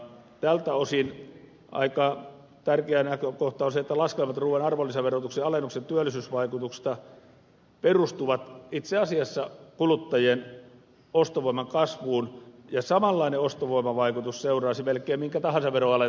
tältä osin aika tärkeä näkökohta on se että laskelmat ruuan arvonlisäverotuksen alennuksen työllisyysvaikutuksista perustuvat itse asiassa kuluttajien ostovoiman kasvuun ja samanlainen ostovoiman vaikutus seuraisi melkein minkä tahansa veron alentamisesta